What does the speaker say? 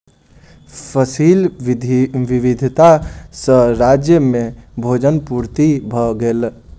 फसिल विविधता सॅ राज्य में भोजन पूर्ति भ गेल